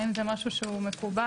האם זה משהו שהוא מקובל?